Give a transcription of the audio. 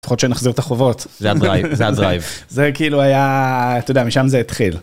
לפחות שנחזיר את החובות, זה הדרייב, זה הדרייב, זה כאילו היה אתה יודע משם זה התחיל.